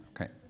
okay